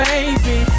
baby